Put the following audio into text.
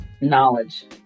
knowledge